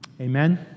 Amen